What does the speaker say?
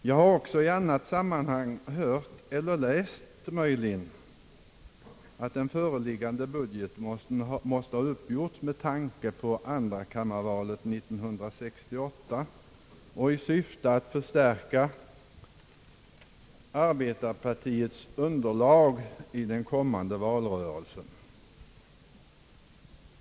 Jag har också i annat sammanhang hört eller läst att den föreliggande budgeten skall ha uppgjorts med tanke på andrakammarvalet 1968 och i syfte att förstärka arbetarpartiets underlag i den kommande valrörelsen.